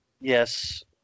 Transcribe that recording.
Yes